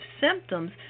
symptoms